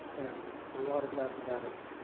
and a lot of mathematics